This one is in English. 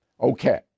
Okay